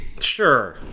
Sure